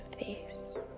face